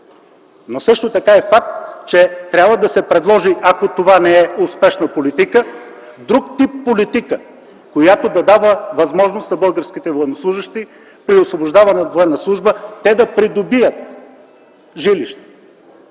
Но също така е факт, че трябва да се предложи, ако това не е успешна политика, друг тип политика, която да дава възможност на българските военнослужещи при освобождаване от военна служба да придобият жилища!